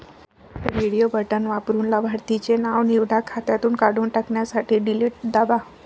radio button वापरून लाभार्थीचे नाव निवडा, खात्यातून काढून टाकण्यासाठी डिलीट दाबा